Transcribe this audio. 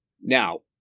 Now